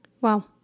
Wow